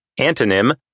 Antonym